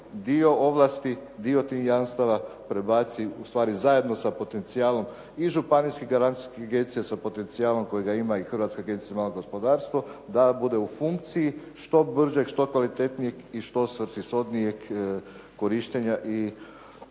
dio ovlasti, dio tih jamstava prebaci, ustvari zajedno sa potencijalom i županijskih garancijskih agencija sa potencijalom kojega ima i Hrvatska agencija za malo gospodarstvo da bude u funkciji što brže i što kvalitetnijeg i svrsishodnijeg korištenja i sredstava